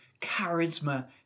charisma